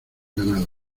ganado